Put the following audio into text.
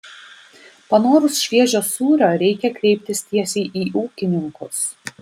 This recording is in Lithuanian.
panorus šviežio sūrio reikia kreiptis tiesiai į ūkininkus